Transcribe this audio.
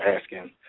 asking